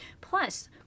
Plus